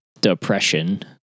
depression